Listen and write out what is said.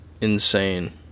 insane